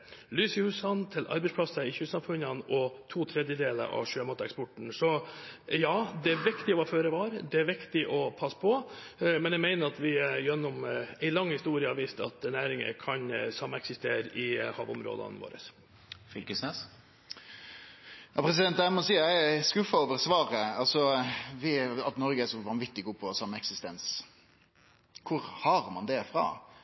til arbeidsplasser i kystsamfunnene og til to tredjedeler av sjømateksporten. Ja, det er viktig å være føre var, det er viktig å passe på, men jeg mener at vi gjennom en lang historie har vist at næringer kan sameksistere i havområdene våre. Det blir oppfølgingsspørsmål – først Torgeir Knag Fylkesnes. Eg må seie eg er skuffa over svaret, altså at Noreg er så vanvitig god på sameksistens. Kor har ein det